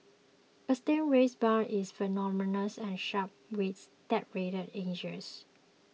a stingray's barb is venomous and sharp with serrated edges